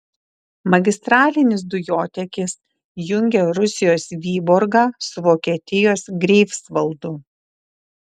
magistralinis dujotiekis jungia rusijos vyborgą su vokietijos greifsvaldu